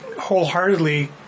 wholeheartedly